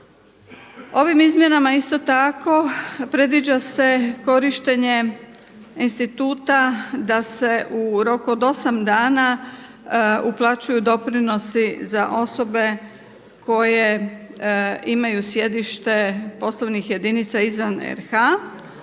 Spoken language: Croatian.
Ovim izmjenama isto tako predviđa se korištenje instituta da se u roku od 8 dana uplaćuju doprinosi za osobe koje imaju sjedište poslovnih jedinica izvan RH